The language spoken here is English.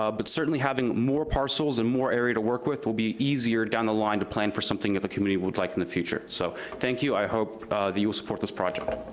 ah but certainly having more parcels and more area to work with will be easier down the line to plan for something that the community would like in the future. so, thank you, i hope that you will support this project.